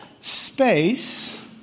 space